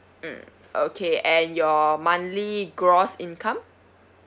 mm okay and your monthly gross income